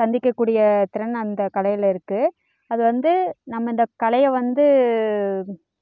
சந்திக்கக்கூடிய திறன் அந்த கலையில் இருக்குது அதுவந்து நம்ம இந்த கலையை வந்து